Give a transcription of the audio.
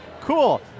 Cool